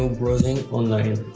so bowing online.